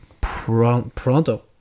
pronto